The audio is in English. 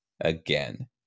again